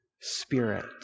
Spirit